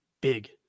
big